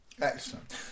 Excellent